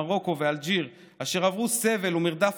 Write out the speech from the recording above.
מרוקו ואלג'יר אשר עברו סבל ורדיפה